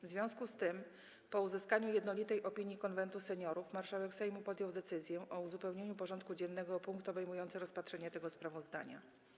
W związku z tym, po uzyskaniu jednolitej opinii Konwentu Seniorów, marszałek Sejmu podjął decyzję o uzupełnieniu porządku dziennego o punkt obejmujący rozpatrzenie tego sprawozdania.